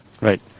right